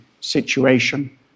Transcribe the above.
situation